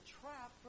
trap